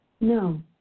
No